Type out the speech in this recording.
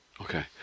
Okay